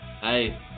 hey